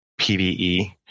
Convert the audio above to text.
pve